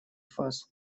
фаз